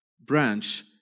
branch